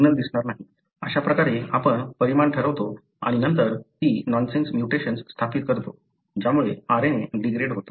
अशा प्रकारे आपण परिमाण ठरवतो आणि नंतर ती नॉनसेन्स म्युटेशन्स स्थापित करतो ज्यामुळे RNA डिग्रेड होतो